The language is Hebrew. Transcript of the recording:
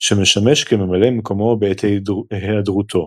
שמשמש כממלא מקומו בעת היעדרותו.